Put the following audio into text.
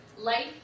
Life